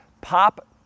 pop